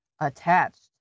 attached